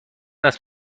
است